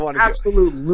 absolute